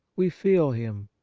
we feel him,